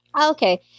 Okay